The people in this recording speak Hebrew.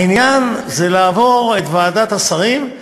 העניין זה לעבור את ועדת השרים,